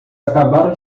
acabaram